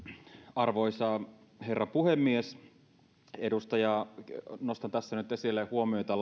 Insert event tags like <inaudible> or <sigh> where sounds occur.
arvoisa herra puhemies lakivaliokunnan jäsenenä nostan tässä nyt esille huomioita <unintelligible>